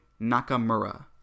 Nakamura